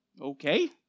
Okay